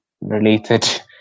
related